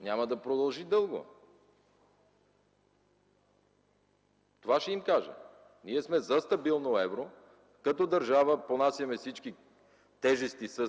няма да продължи дълго. Това ще им кажем. Ние сме за стабилно евро. Като държава понасяме всички тежести с